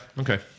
okay